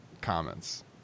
Comments